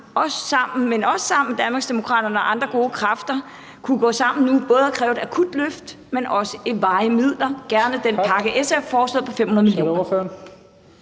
med Danmarksdemokraterne og andre gode kræfter, kunne gå sammen og både kræve et akut løft, men også varige midler,